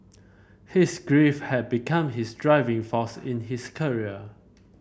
his grief had become his driving force in his career